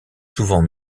souvent